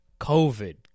COVID